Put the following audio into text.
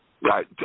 Right